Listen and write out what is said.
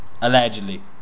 allegedly